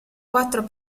quattro